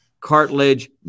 cartilage